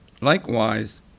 Likewise